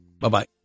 Bye-bye